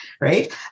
Right